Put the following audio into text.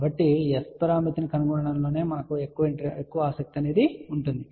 కాబట్టి S పరామితిని కనుగొనడంలో మాకు ఎక్కువ ఆసక్తి ఉంది